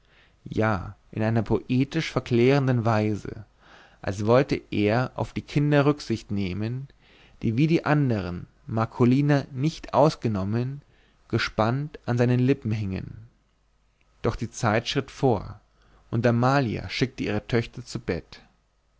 ja in einer poetisch verklärenden weise als wollte er auf die kinder rücksicht nehmen die wie die andern marcolina nicht ausgenommen gespannt an seinen lippen hingen doch die zeit schritt vor und amalia schickte ihre töchter zu bett